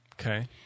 Okay